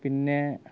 പിന്നെ